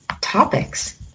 topics